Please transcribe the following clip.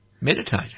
Meditate